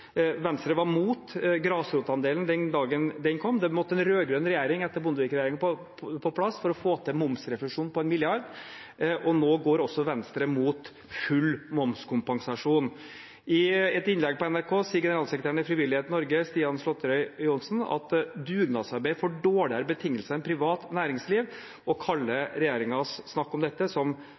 Venstre var imot grasrotandelen den dagen det kom. Det måtte en rød-grønn regjering på plass, etter Bondevik-regjeringen, for å få til momsrefusjon på en milliard. Og nå går også Venstre imot full momskompensasjon. I et innlegg på NRK sier generalsekretæren i Frivillighet Norge, Stian Slotterøy Johnsen, at dugnadsarbeid får dårligere betingelser enn privat næringsliv, og kaller regjeringens snakk om dette